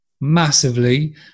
massively